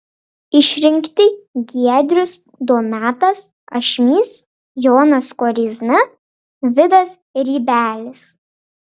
išrinkti giedrius donatas ašmys jonas koryzna vidas rybelis